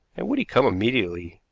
and would he come immediately.